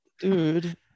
dude